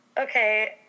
okay